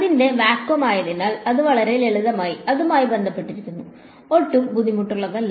അതിന്റെ വാക്വം ആയതിനാൽ അത് വളരെ ലളിതമാണ് അതുമായി ബന്ധപ്പെട്ടിരിക്കുന്നു ഒട്ടും ബുദ്ധിമുട്ടുള്ളതല്ല